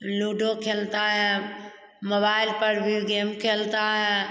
ludo खेलता है mobile पर भी गेम खेलता है